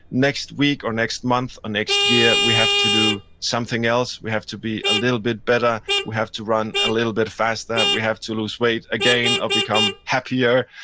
next week or next month or next year, we have to do something else. we have to be a little bit better. we have to run a little bit faster. we have to lose weight again, or become happier,